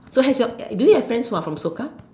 so have you do you have friends who are from Soka